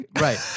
right